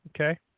Okay